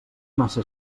massa